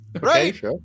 right